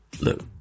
Look